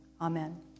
Amen